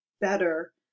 better